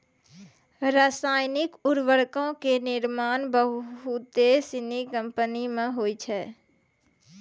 रसायनिक उर्वरको के निर्माण बहुते सिनी कंपनी मे होय छै